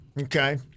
Okay